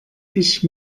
ich